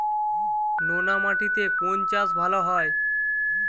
নোনা মাটিতে কোন চাষ ভালো হয়?